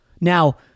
Now